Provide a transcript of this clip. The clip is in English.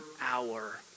hour